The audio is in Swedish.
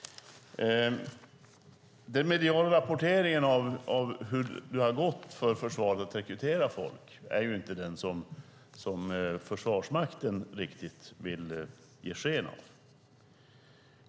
Den mediala rapporteringen av hur det har gått för försvaret att rekrytera folk överensstämmer inte riktigt med det Försvarsmakten vill ge sken av.